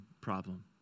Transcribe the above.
problem